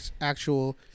actual